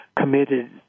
committed